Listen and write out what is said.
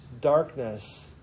darkness